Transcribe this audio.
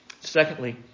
Secondly